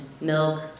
milk